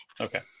Okay